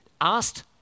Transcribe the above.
asked